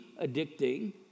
addicting